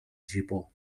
gipó